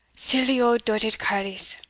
silly auld doited carles!